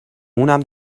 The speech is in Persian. اونم